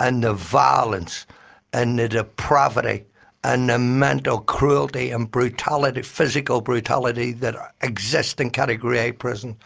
and the violence and the depravity and the mental cruelty and brutality, physical brutality, that exists in category a prison,